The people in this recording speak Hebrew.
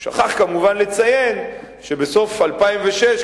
הוא שכח כמובן לציין שבסוף 2006,